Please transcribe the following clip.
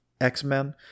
x-men